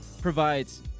provides